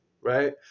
right